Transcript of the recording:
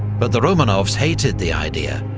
but the romanovs hated the idea,